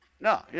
no